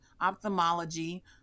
ophthalmology